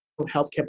healthcare